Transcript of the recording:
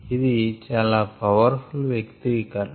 ఇది చాలా powerful వ్యక్తీకరణ